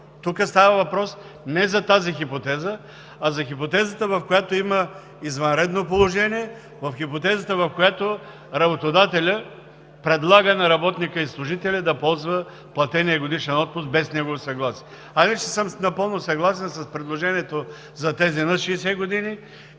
Тук става въпрос не за тази хипотеза, а за хипотезата, в която има извънредно положение, в хипотезата, в която работодателят предлага на работника и служителя да ползва платения годишен отпуск без негово съгласие. Иначе съм напълно съгласен с предложението за тези над 60 години